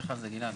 לך על זה, גלעד.